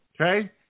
Okay